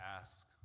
ask